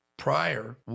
prior